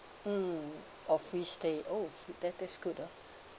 mm oh free stay oh that that's good ah